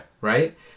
right